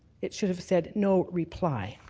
it should have said no reply.